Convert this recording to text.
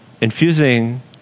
infusing